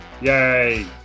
Yay